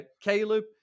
Caleb